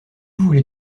voulais